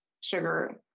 sugar